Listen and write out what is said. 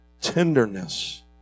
tenderness